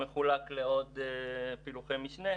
מחולק לעוד פילוחי משנה.